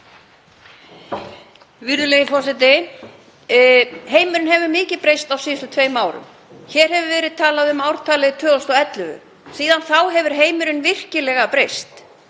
Virðulegi forseti. Heimurinn hefur breyst mikið á síðustu tveimur árum. Hér hefur verið talað um ártalið 2011. Síðan þá hefur heimurinn virkilega breyst.